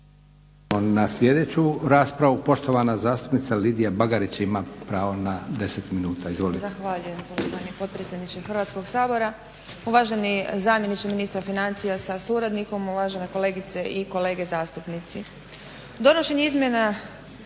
na sljedeću raspravu. Poštovana zastupnica Lidija Bagarić ima pravo na 10 minuta.